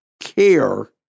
care